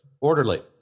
Orderly